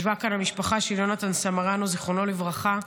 ישבה כאן המשפחה של יונתן סמרנו, זיכרונו לברכה,